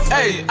Hey